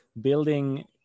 building